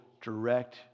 direct